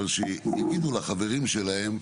אבל שיגידו לחברים שלהם,